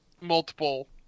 multiple